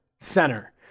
center